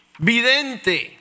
Vidente